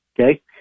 okay